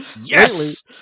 yes